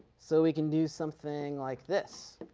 so we can do something like this.